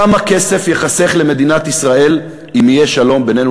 כמה כסף ייחסך למדינת ישראל אם יהיה שלום בינינו